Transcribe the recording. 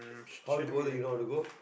how to go do you know how to go